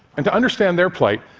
and to understand their plight,